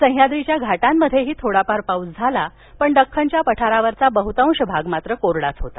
सह्याद्रीच्या घाटांमध्येही थोडाफार पाऊस झाला पण दख्खनच्या पठारावरचा बहुतांश भाग कोरडाच होता